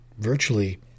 virtually